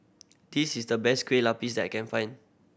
this is the best Kueh Lapis I can find